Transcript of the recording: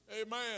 Amen